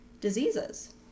diseases